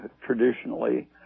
traditionally